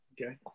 Okay